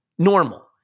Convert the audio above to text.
Normal